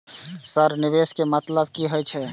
Sir निवेश के मतलब की हे छे?